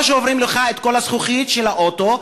או שוברים לך את כל הזכוכית של האוטו,